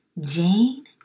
Jane